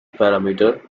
parameter